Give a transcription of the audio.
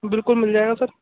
बिल्कुल मिल जाएगा सर